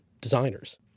designers